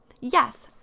Yes